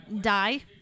Die